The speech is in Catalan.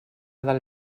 del